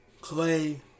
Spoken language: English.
clay